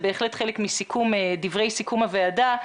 זה בהחלט חלק מדברי סיכום הוועדה.